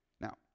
Now